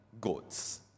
goats